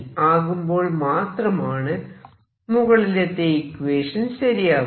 ആകുമ്പോൾ മാത്രമാണ് മുകളിലത്തെ ഇക്വേഷൻ ശരിയാകുന്നത്